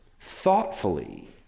thoughtfully